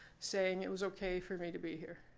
saying it was ok for me to be here.